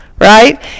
right